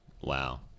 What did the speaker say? Wow